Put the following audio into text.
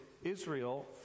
Israel